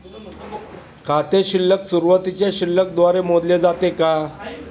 खाते शिल्लक सुरुवातीच्या शिल्लक द्वारे मोजले जाते का?